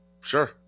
Sure